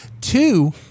Two